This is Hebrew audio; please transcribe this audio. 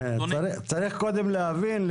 צריך קודם להבין,